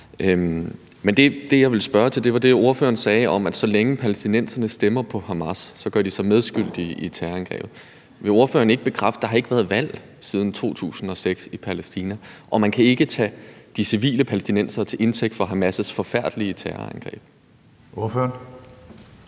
Men det, jeg ville spørge til, var det, ordføreren sagde om, at så længe palæstinenserne stemmer på Hamas, gør de sig medskyldige i terrorangrebet. Vil ordføreren ikke bekræfte, at der ikke har været valg siden 2006 i Palæstina, og at man ikke kan tage de civile palæstinensere til indtægt for Hamas' forfærdelige terrorangreb? Kl.